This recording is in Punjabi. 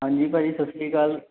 ਹਾਂਜੀ ਭਾਅ ਜੀ ਸਤਿ ਸ਼੍ਰੀ ਅਕਾਲ